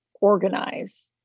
organize